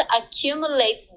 accumulate